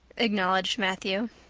acknowledged matthew.